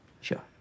Sure